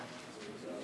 בבקשה.